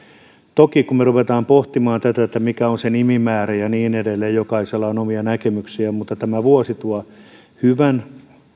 toki kun me rupeamme pohtimaan tätä mikä on se nimimäärä ja niin edelleen jokaisella on omia näkemyksiä mutta tämä vuosi tuo hyvän